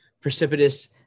precipitous